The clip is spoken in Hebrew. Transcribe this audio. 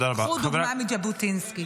קחו דוגמה מז'בוטינסקי.